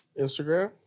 Instagram